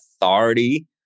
authority